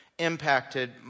impacted